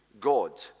God